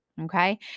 Okay